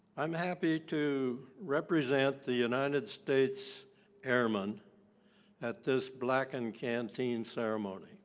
i'm happy to represent the united states airmen at this blackened canteen ceremony